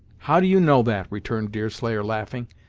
how do you know that? returned deerslayer laughing.